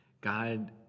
god